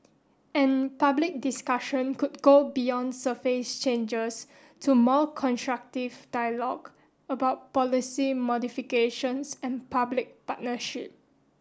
and public discussion could go beyond surface changes to more constructive dialogue about policy modifications and public partnership